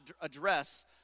address